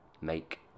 Make